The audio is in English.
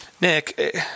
Nick